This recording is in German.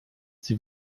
die